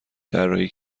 طراحی